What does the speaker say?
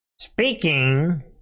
Speaking